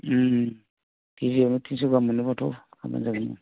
ओम थिनस' गाहाम मोनोबाथ' मोजां जायो